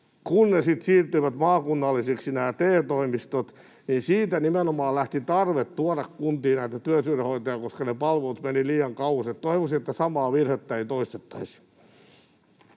sitten siirtyivät maakunnallisiksi, siitä nimenomaan lähti tarve tuoda kuntiin tätä työllisyydenhoitoa, koska ne palvelut menivät liian kauas. Toivoisin, että samaa virhettä ei toistettaisi.